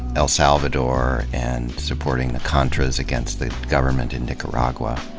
el salvador and supporting the contras against the government in nicaragua.